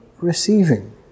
receiving